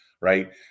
right